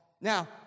Now